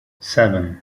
seven